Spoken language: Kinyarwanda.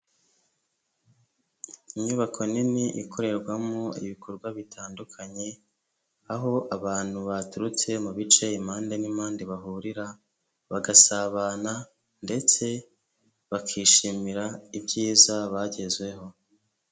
Inyubako nini ikorerwamo ibikorwa bitandukanye, aho abantu baturutse mu bice impande n'impande bahurira, bagasabana ndetse bakishimira ibyiza bagezweho.